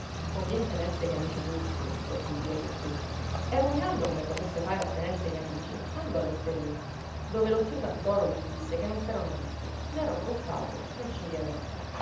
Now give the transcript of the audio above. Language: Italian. convien tenerseli amici tutti questi birri qui e ruminando come potesse fare a tenerseli amici andò all'osteria dove lo zio santoro gli disse che non s'erano visti né rocco spatu né